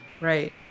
right